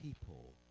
people